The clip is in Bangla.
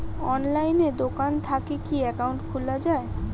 অনলাইনে দোকান থাকি কি একাউন্ট খুলা যায়?